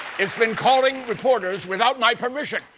it's been calling reporters without my permission!